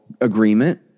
agreement